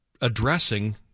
addressing